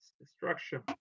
destruction